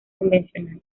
convencional